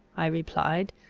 i replied.